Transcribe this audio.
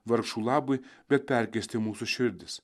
vargšų labui bet perkeisti mūsų širdis